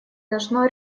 должно